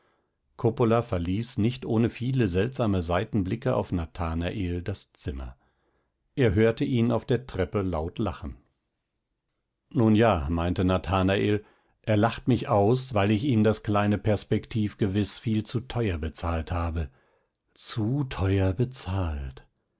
coppola verließ nicht ohne viele seltsame seitenblicke auf nathanael das zimmer er hörte ihn auf der treppe laut lachen nun ja meinte nathanael er lacht mich aus weil ich ihm das kleine perspektiv gewiß viel zu teuer bezahlt habe zu teuer bezahlt